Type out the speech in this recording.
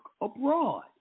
abroad